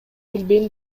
билбейм